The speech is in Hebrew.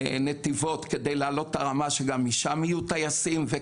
ונתיבות כדי להעלות את הרמה כך שגם משם יהיו טייסים,